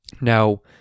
Now